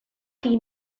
chi